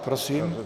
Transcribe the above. Prosím.